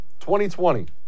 2020